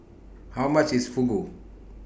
How much IS Fugu